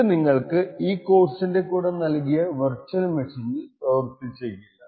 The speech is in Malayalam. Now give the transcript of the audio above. ഇത് നിങ്ങള്ക്ക് ഈ കോഴ്സിന്റെ കൂടെ നൽകിയ വിർച്വൽ മെഷീനിൽ പ്രവർത്തിച്ചേക്കില്ല